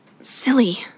silly